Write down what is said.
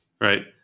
right